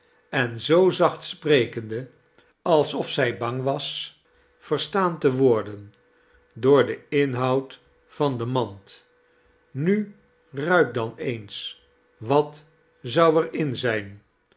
en zoo zacht sprekende alsof zij bang was verstaan te worden door den inhoud van de mand nu ruik dan eens wat zou ef in zijn